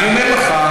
אני אומר לך,